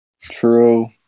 True